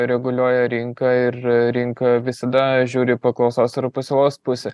reguliuoja rinka ir rinka visada žiūri į paklausos pasiūlos pusę